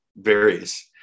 varies